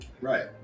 right